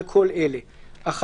על כל אלה: (1)